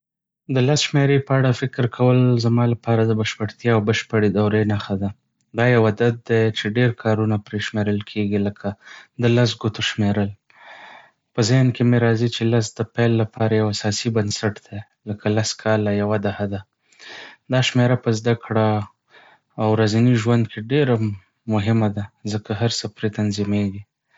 د لس شمېرې په اړه فکر کول زما لپاره د بشپړتیا او بشپړې دورې نښه ده. دا یو عدد دی چې ډېر کارونه پرې شمېرل کېږي، لکه د لس ګوتو شمېرل. په ذهن کې مې راځي چې لس د پیل لپاره یو اساسي بنسټ دی، لکه لس کاله یو دهه ده. دا شمېره په زده کړو او ورځني ژوند کې ډېره مهمه ده ځکه هر څه پرې تنظیمېږي.